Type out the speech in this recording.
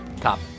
Top